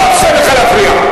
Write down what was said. לא אאפשר לך להפריע.